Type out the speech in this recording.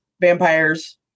vampires